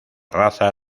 raza